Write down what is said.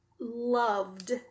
loved